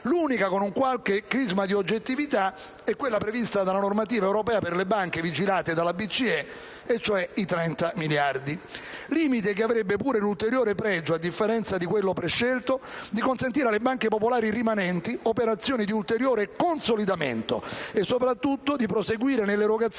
l'unica con un qualche crisma di oggettività è quella prevista dalla normativa europea per le banche vigilate dalla BCE, pari a 30 miliardi. Tale limite avrebbe pure l'ulteriore pregio, a differenza di quello prescelto, di consentire alle banche popolari rimanenti operazioni di ulteriore consolidamento e, soprattutto, di proseguire nell'erogazione